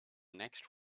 next